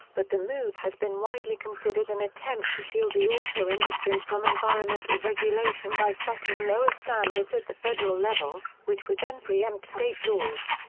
but the move has been widely considered an attempt to shield the auto industry from environmental regulation by setting lower standards at the federal level, which would then preempt state laws.